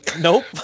Nope